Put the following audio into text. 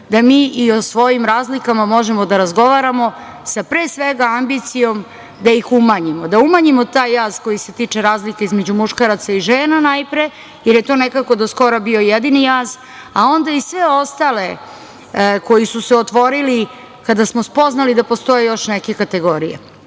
da mi i o svojim razlikama možemo da razgovaramo sa pre svega, ambicijom da ih umanjimo. Da umanjimo taj jaz, koji se tiče razlike između muškaraca i žena najpre, jer je to nekako do skoro bio jedini jaz, a onda i sve ostale koji su se otvorili, kada smo spoznali da postoje još neke kategorije. Možda